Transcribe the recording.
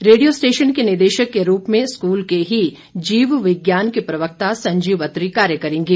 radio station के निदेशक के रूप में स्कूल के ही जीव विज्ञान के प्रवक्ता संजीव अत्री कार्य करेंगे